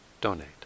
donate